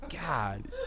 god